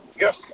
Yes